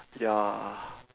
ya